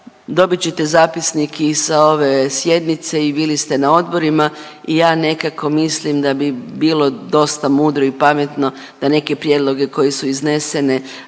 dobit ćete zapisnik i sa ove sjednice i bili ste na odborima i ja nekako mislim da bi bilo dosta mudro i pametno, da neke prijedloge koji su iznesene